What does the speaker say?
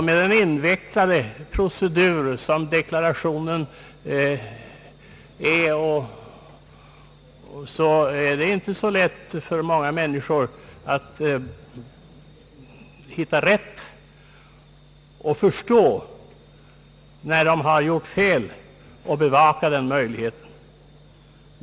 Med den invecklade procedur, som deklarationen är, så är det inte lätt för alla människor att hitta rätt och förstå när de har gjort fel och att bevaka möjligheten till rättelse.